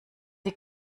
sie